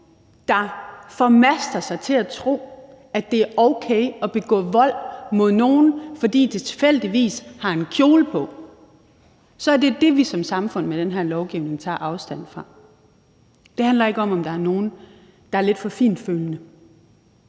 der formaster sig til at tro, at det er okay at begå vold mod nogen, fordi de tilfældigvis har en kjole på, så er det det, vi som samfund med den her lovgivning tager afstand fra. Det handler ikke om, om der er nogen, der er lidt for fintfølende,